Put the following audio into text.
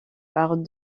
part